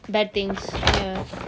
bad things ya